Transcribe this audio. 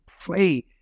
pray